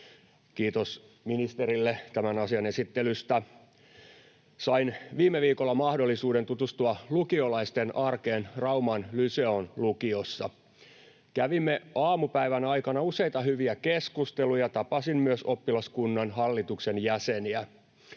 Kiitos ministerille tämän asian esittelystä. Sain viime viikolla mahdollisuuden tutustua lukiolaisten arkeen Rauman Lyseon lukiossa. Kävimme aamupäivän aikana useita hyviä keskusteluja, ja tapasin myös oppilaskunnan hallituksen jäseniä.